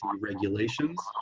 regulations